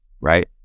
right